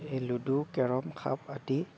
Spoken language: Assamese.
এই লুডু কেৰম সাপ আদি